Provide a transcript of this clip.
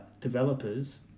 developers